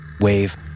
wave